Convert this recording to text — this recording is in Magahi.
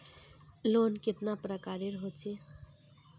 लोन कतेला प्रकारेर होचे?